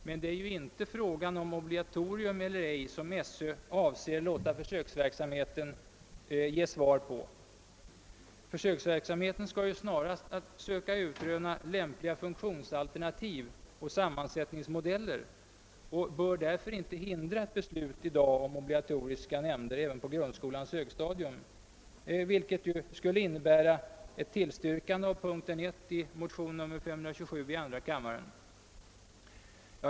Men det är ju inte på frågan om obligatorium eller ej som SÖ avser att låta försöksverksamheten ge svar. Försöksverksamheten skall snarast visa lämpliga funktionsalternativ och sammansättningsmodeller och bör därför inte hindra ett beslut i dag om obligatoriska nämnder även på grundskolans högstadium, vilket ju skulle innebära ett tillstyrkande av punkt 1 i motion 527 i andra kammaren.